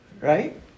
Right